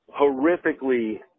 horrifically